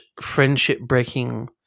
friendship-breaking